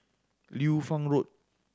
Liu Fang Road